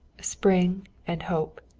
spring and hope.